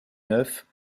neufs